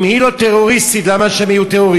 אם היא לא טרוריסטית, למה שהם יהיו טרוריסטים?